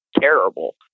terrible